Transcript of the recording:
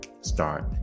start